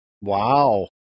Wow